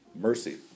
mercy